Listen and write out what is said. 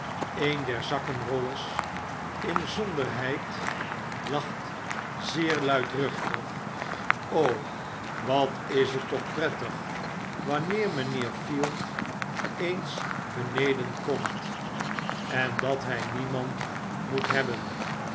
een der zakkenrollers inzonderheid lacht zeer luidruchtig wat is het toch prettig wanneer mynheer field eens beneden komt en dat hy niemand moet hebben